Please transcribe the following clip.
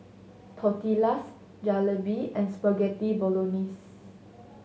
Tortillas Jalebi and Spaghetti Bolognese